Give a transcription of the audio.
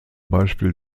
beispiel